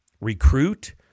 recruit